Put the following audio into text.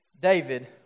David